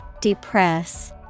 Depress